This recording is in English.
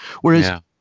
whereas